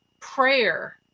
prayer